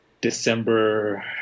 December